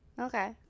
Okay